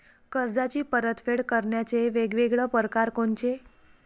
कर्जाची परतफेड करण्याचे वेगवेगळ परकार कोनचे?